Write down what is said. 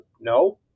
No